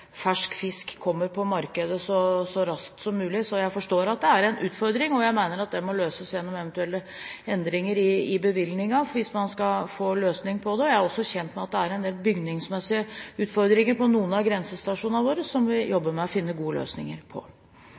det er en utfordring, og jeg mener at det må løses gjennom eventuelle endringer i bevilgninger. Jeg er også kjent med at det er en del bygningsmessige utfordringer på noen av grensestasjonene våre som vi jobber med å finne gode løsninger på.